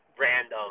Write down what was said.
random